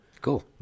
cool